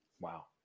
Wow